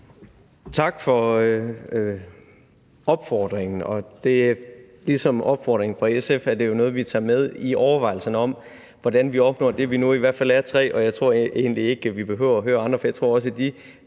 Tak for opfordringen, og ligesom opfordringen fra SF er det jo noget, vi tager med i overvejelserne om, hvordan vi opnår det. Nu er vi i hvert fald tre, og jeg tror egentlig ikke, vi behøver at høre andre, for jeg tror også, at de